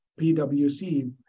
PwC